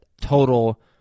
total